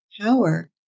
power